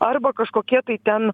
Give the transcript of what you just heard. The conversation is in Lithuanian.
arba kažkokie tai ten